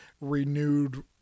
renewed